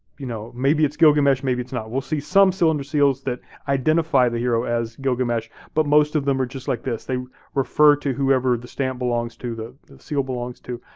you know maybe it's gilgamesh, maybe it's not. we'll see some cylinder seals that identify the hero as gilgamesh, but most of them are just like this. they refer to whoever the stamp belongs to, the seal belongs to.